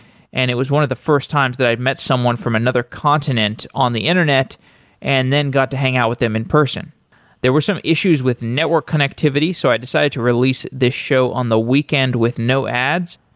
and it was one of the first times that i've met someone from another continent on the internet and then got to hang out with them in person there were some issues with network connectivity, so i decided to release this show on the weekend with no ads,